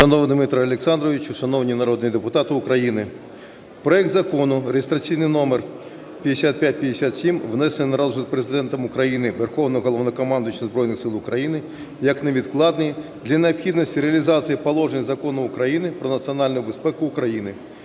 Шановний Дмитре Олександровичу, шановні народні депутати України, проект Закону реєстраційний номер 5557, внесений на розгляд Президентом України, Верховним Головнокомандувачем Збройних Сил України як невідкладний для необхідності реалізації положень Закону "Про національну безпеку України",